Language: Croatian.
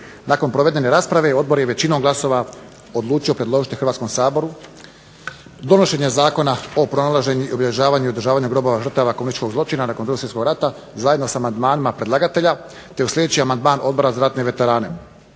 Nakon provedene rasprave odbor je većinom glasova odlučio predložiti HRvatskom saboru donošenje Konačnog prijedloga Zakona o pronalaženju, obilježavanju i održavanju grobova i žrtava komunističkog zločina nakon 2. svjetskog rata zajedno sa amandmanima predlagatelja te uz sljedeći amandman Odbora za ratne veterane: